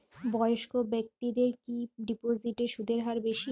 বয়স্ক ব্যেক্তিদের কি ডিপোজিটে সুদের হার বেশি?